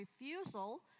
refusal